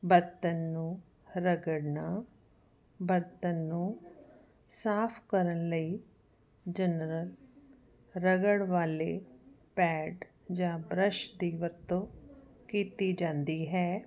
ਬਰਤਨ ਨੂੰ ਰਗੜਨਾ ਬਰਤਨ ਨੂੰ ਸਾਫ ਕਰਨ ਲਈ ਜਨਰਲ ਰਗੜ ਵਾਲੇ ਪੈਡ ਜਾਂ ਬ੍ਰਸ਼ ਦੀ ਵਰਤੋ ਕੀਤੀ ਜਾਂਦੀ ਹੈ